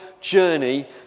journey